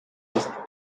est